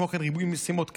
כמו גם ריבוי המשימות,